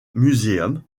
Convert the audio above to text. museum